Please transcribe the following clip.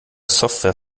software